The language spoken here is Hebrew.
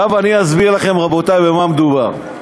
אני אסביר לכם, רבותי, במה מדובר.